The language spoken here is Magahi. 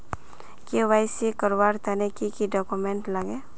के.वाई.सी करवार तने की की डॉक्यूमेंट लागे?